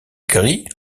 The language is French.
gris